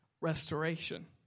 restoration